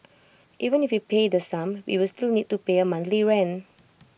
even if we pay the sum we will still need to pay A monthly rent